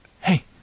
Hey